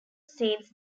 saints